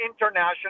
International